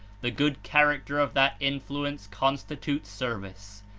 the good character of that influence constitutes service.